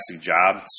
job